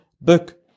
book